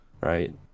right